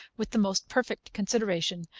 with the most perfect consideration,